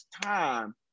time